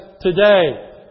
today